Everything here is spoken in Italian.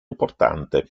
importante